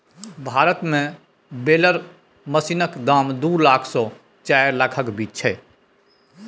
भारत मे बेलर मशीनक दाम दु लाख सँ चारि लाखक बीच छै